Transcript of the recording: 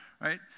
right